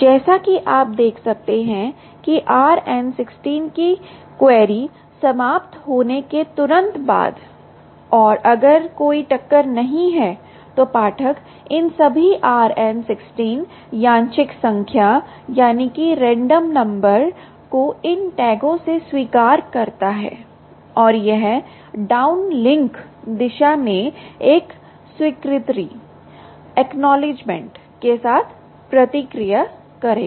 जैसा कि आप देख सकते हैं कि RN16 की क्वेरी समाप्त होने के तुरंत बाद और अगर कोई टक्कर नहीं है तो पाठक इन सभी RN16 यादृच्छिक संख्या को इन टैगों से स्वीकार करता है और यह डाउनलिंक दिशा में एक स्वीकृति के साथ प्रतिक्रिया करेगा